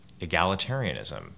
egalitarianism